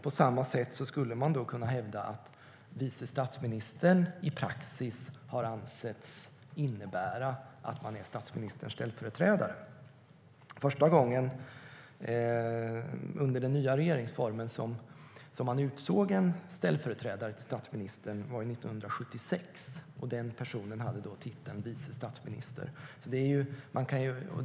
På samma sätt kan man hävda att vice statsminister i praxis har ansetts innebära att man är statsministerns ställföreträdare. Första gången under den nya regeringsformen som man utsåg en ställföreträdare till statsministern var 1976. Den personen hade då titeln vice statsminister.